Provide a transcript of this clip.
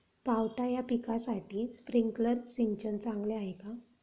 पावटा या पिकासाठी स्प्रिंकलर सिंचन चांगले आहे का?